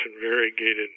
variegated